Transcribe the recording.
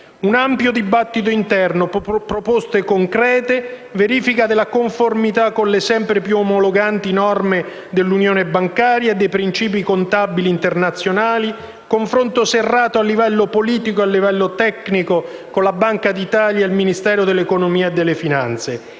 un ampio dibattito interno, proposte concrete, verifica della conformità con le sempre più omologanti norme dell'Unione bancaria e dei principi contabili internazionali, confronto serrato a livello politico e tecnico con la Banca d'Italia e con il Ministero dell'economia e delle finanze.